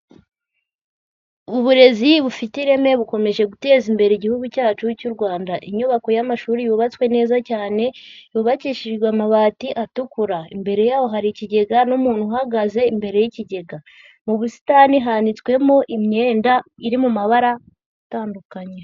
Uburezi bufite ireme bukomeje guteza imbere igihugu cyacu cy'u Rwanda, inyubako y'amashuri yubatswe neza cyane yubakishijwe amabati atukura, imbere yaho hari ikigega n'umuntu uhagaze imbere y'ikigega, mu busitani hanitswemo imyenda iri mu mabara atandukanye.